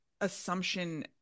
assumption